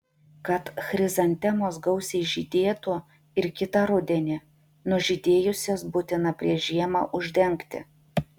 kad chrizantemos gausiai žydėtų ir kitą rudenį nužydėjus jas būtina prieš žiemą uždengti